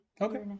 Okay